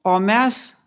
o mes